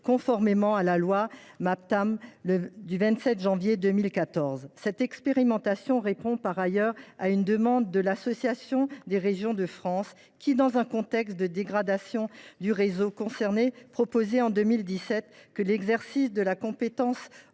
conformément à la loi Maptam. Cette expérimentation répond par ailleurs à une demande de l’association Régions de France qui, dans un contexte de dégradation du réseau concerné, proposait en 2017 que l’exercice de la compétence